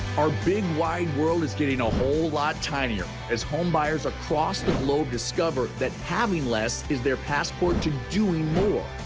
our big, wide world is getting a whole lot tinier as home buyers across the globe discover that having less is their passport to doing more.